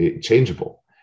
changeable